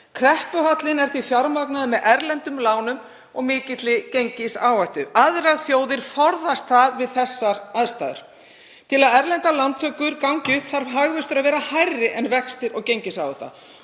Kreppuhallinn er því fjármagnaður með erlendum lánum og mikilli gengisáhættu. Aðrar þjóðir forðast það við þessar aðstæður. Til að erlendar lántökur gangi upp þarf hagvöxtur að vera hærri en vextir og gengisáhætta.